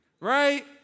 right